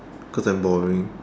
because I'm boring